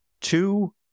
Two